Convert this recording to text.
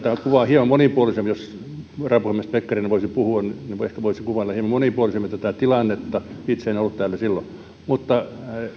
että jos varapuhemies pekkarinen voisi puhua niin hän ehkä voisi kuvailla hieman monipuolisemmin tätä tilannetta itse en ollut täällä silloin mutta